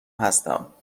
هستم